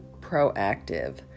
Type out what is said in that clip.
proactive